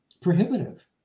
prohibitive